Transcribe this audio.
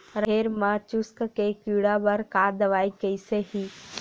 राहेर म चुस्क के कीड़ा बर का दवाई कइसे ही?